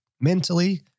mentally